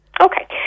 Okay